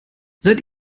seit